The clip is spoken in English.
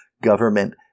government